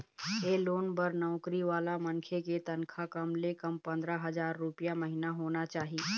ए loan बर नउकरी वाला मनखे के तनखा कम ले कम पंदरा हजार रूपिया महिना होना चाही